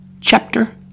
chapter